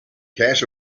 cash